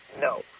no